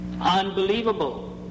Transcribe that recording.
Unbelievable